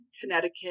Connecticut